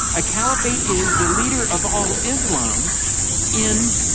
a caliphate is the leader of all islam in